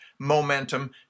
momentum